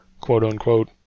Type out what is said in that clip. quote-unquote